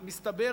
מסתבר,